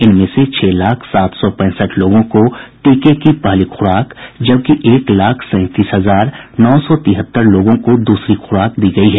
इनमें से छह लाख सात सौ पैंसठ लोगों को टीके की पहली खुराक जबकि एक लाख सैंतीस हजार नौ सौ तिहत्तर लोगों को दूसरी खुराक दी गयी है